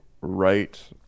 right